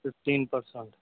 fifteen percent